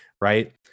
Right